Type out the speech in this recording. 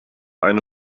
eine